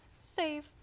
save